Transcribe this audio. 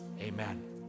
Amen